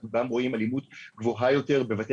אנחנו גם רואים אלימות גבוהה יותר בבתי